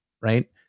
right